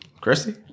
Christy